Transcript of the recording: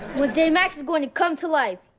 one day max is going to come to life!